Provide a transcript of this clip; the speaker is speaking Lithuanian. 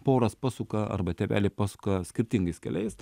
poros pasuka arba tėveliai paskui skirtingais keliais